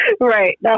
Right